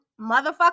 motherfucker